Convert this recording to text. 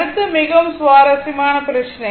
அடுத்து மிகவும் சுவாரஸ்யமான பிரச்சனை